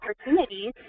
opportunities